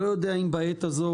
לא יודע אם בעת הזו,